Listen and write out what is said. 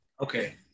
Okay